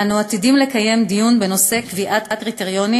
אנו עתידים לקיים דיון בנושא של קביעת קריטריונים